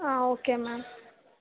okay ma'am